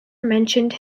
mentioned